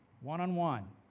one-on-one